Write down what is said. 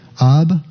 Ab